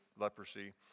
leprosy